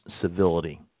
civility